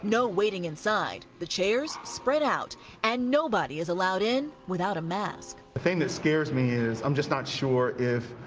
no waiting inside. the chairs, spread out and nobody is allowed in without a mask. the thing that scares me is i'm not sure if